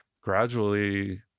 gradually